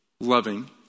loving